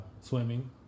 Swimming